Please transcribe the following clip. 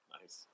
Nice